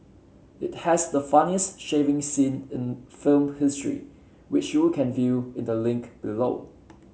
it has the funniest shaving scene in film history which you can view in the link below